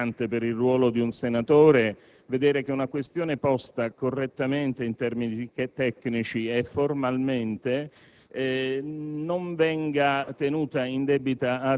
È certamente un po' mortificante, per il ruolo di un senatore, vedere che una questione posta correttamente in termini tecnici e formalmente